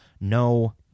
no